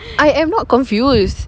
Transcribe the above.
I am not confused